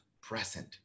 present